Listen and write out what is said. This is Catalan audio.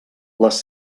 les